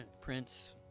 Prince